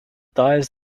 dials